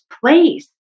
place